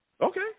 Okay